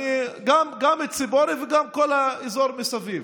גם את ציפורי וגם את כל האזור מסביב.